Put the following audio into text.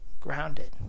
grounded